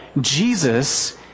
Jesus